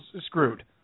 screwed